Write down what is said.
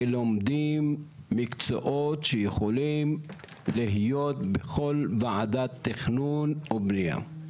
שלומדים מקצועות שיכולים להיות בכל ועדת תכנון ובנייה.